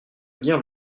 lire